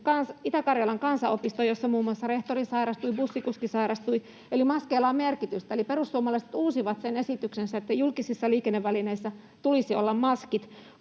Itä-Karjalan Kansanopistoon, jossa muun muassa rehtori sairastui, bussikuski sairastui. Eli maskeilla on merkitystä. Perussuomalaiset uusivat sen esityksensä, että julkisissa liikennevälineissä tulisi olla maskit,